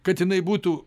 kad jinai būtų